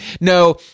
No